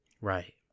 Right